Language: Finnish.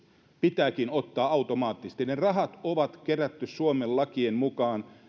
pitääkin ottaa automaattisesti ne rahat on kerätty suomen lakien mukaan